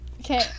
Okay